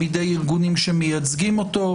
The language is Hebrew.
בידי ארגונים שמייצגים אותו,